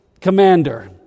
commander